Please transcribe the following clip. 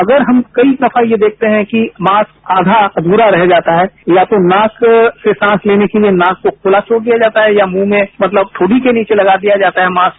अगर हम कई दफा ये देखते है कि मास्क आधा अध्रा रह जाता है या तो मास्क से सांस लेने के लिए नाक को खुला छोड़ दिया जाता है या मुंह में मतलब ठोड़ी के नीचे लगा दिया जाता है मास्क